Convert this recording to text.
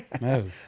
No